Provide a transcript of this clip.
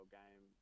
game